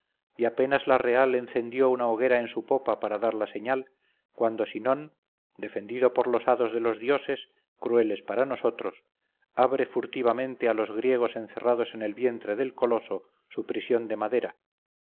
y apenas la real encendió una hoguera en su popa para dar la señal cuando sinón defendido por los hados de los dioses crueles para nosotros abre furtivamente a los griegos encerrados en el vientre del coloso su prisión de madera